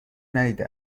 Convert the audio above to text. ندیده